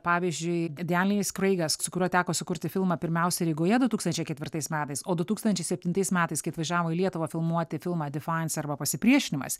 pavyzdžiui denielis kreigas su kuriuo teko sukurti filmą pirmiausia rygoje du tūkstančiai ketvirtais metais o du tūkstančiai septintais metais kai atvažiavo į lietuvą filmuoti filmą difains arba pasipriešinimas